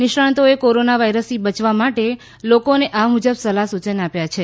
નિષ્ણાંતોએ corona વાયરસથી બયવા માટે લોકોને આ મુજબ સલાફ સૂચન આપ્યા છે